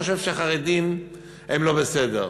חושב שהחרדים הם לא בסדר.